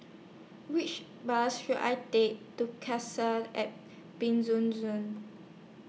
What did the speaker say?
Which Bus should I Take to Cassia At Penjuju